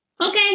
Okay